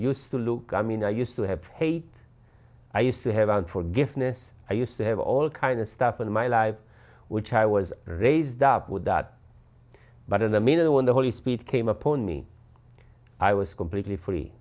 used to look i mean i used to have hate i used to have unforgiveness i used to have all kinds of stuff in my life which i was raised up with that but in a minute when the holy spirit came upon me i was completely free